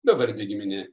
bevardė giminė